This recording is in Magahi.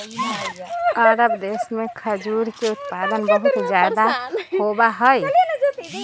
अरब देश में खजूर के उत्पादन बहुत ज्यादा होबा हई